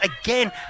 again